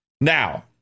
Now